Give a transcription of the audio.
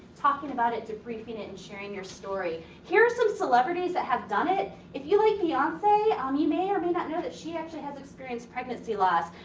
talking about it, debriefing it, and sharing your story. here are some celebrations that have done it. if you like beyonce, um you may or may not know that she actually has experienced pregnancy loss.